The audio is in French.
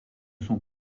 sont